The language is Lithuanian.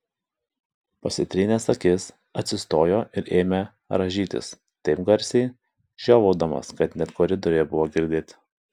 pasitrynęs akis atsistojo ir ėmė rąžytis taip garsiai žiovaudamas kad net koridoriuje buvo girdėti